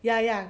ya ya